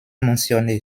mentionnée